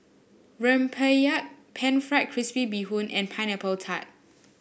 rempeyek pan fried crispy Bee Hoon and Pineapple Tart